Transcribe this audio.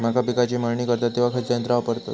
मका पिकाची मळणी करतत तेव्हा खैयचो यंत्र वापरतत?